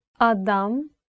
Adam